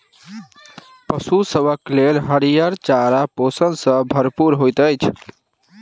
पशु सभक लेल हरियर चारा पोषण सॅ भरपूर होइत छै